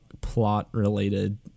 plot-related